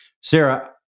sarah